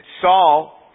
Saul